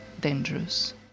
dangerous